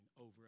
over